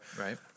Right